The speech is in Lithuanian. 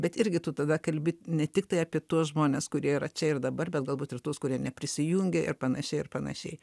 bet irgi tu tada kalbi ne tiktai apie tuos žmones kurie yra čia ir dabar bet galbūt ir tuos kurie neprisijungė ir panašiai ir panašiai